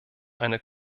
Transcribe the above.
eine